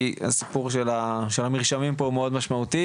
כי הסיפור של המרשמים פה מאוד משמעותי,